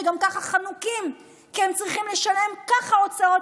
שגם ככה חנוקים כי הם צריכים לשלם ככה הוצאות